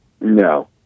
no